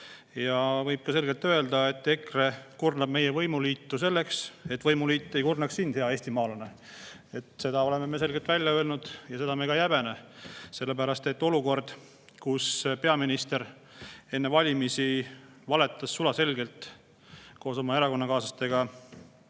Ja võib selgelt öelda, et EKRE kurnab meie võimuliitu selleks, et võimuliit ei kurnaks sind, hea eestimaalane. Seda oleme me selgelt välja öelnud ja seda me ka ei häbene. Sellepärast et peaminister enne valimisi sulaselgelt valetas koos oma erakonnakaaslastega